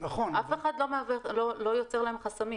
אף אחד לא יוצר להם חסמים,